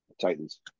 Titans